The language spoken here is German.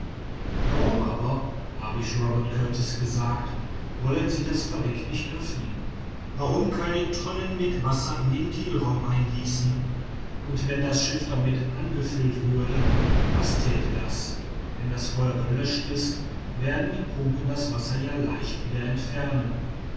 warum aber habe ich zu robert kurtis gesagt wollen sie das verdeck nicht öffnen warum keine tonnen mit wasser in den kielraum eingießen und wenn das schiff damit angefüllt würde was thäte das wenn das feuer gelöscht ist werden die pumpen das wasser ja leicht wieder entfernen